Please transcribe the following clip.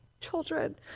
children